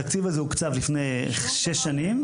התקציב הזה הוקצב לפני שש שנים,